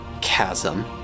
chasm